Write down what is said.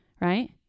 right